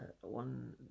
one